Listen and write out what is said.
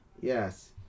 Yes